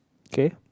okay